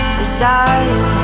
desire